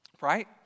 right